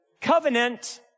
covenant